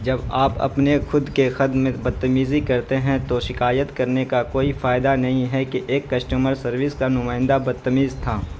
جب آپ اپنے خود کے خط میں بدتمیزی کرتے ہیں تو شکایت کرنے کا کوئی فائدہ نہیں ہے کہ ایک کسٹمر سروس کا نمائندہ بدتمیز تھا